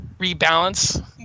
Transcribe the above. rebalance